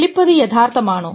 telepathy യഥാർത്ഥമാണോ